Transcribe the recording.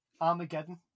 Armageddon